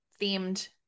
themed